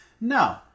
No